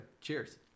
Cheers